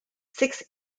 six